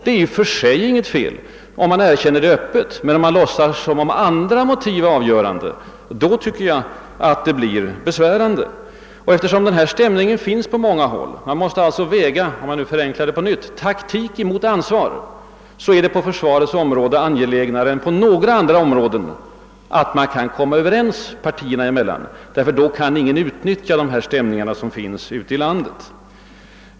Det är i och för sig inget fel, om det erkänns öppet, men om man låtsar som om andra motiv hade varit avgörande tycker jag att man handlar felaktigt, eftersom motsvarande stämningar finns även på många andra håll. Jag vill för att på nytt förenkla framställningen säga att man måste väga taktik mot ansvar. Det är på försvarets område angelägnare än på något annat område att partierna kan komma överens, ty då kan ingen utnyttja de här stämningarna ute i landet.